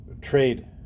trade